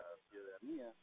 ciudadanía